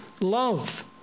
love